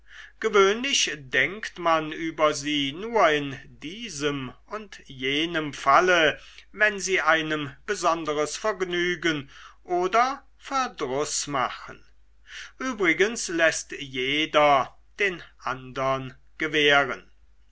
gewöhnlich denkt man über sie nur in diesem und jenem falle wenn sie einem besonderes vergnügen oder verdruß machen übrigens läßt jeder den andern gewähren